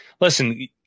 Listen